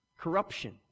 corruption